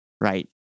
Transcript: right